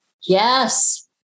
Yes